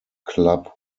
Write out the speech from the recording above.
club